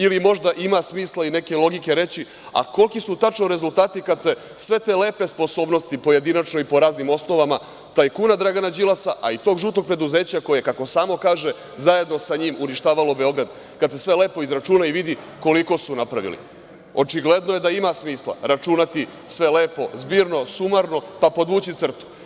Ili možda ima smisla i neke logike reći a koliki su tačno rezultati kad se sve te lepe sposobnosti pojedinačno i po raznim osnovama tajkuna Dragana Đilasa, a i tog „žutog preduzeća“ koje, kako samo kaže, zajedno sa njim uništavalo Beograd, kad se sve lepo izračuna i vidi koliko su napravili? očigledno je da ima smisla računati sve lepo, zbirno, sumarno, pa podvući crtu.